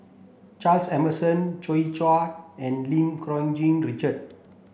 Charles Emmerson Joi Chua and Lim Cherng Yih Richard